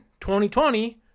2020